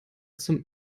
zum